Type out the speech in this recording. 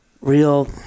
real